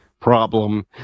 problem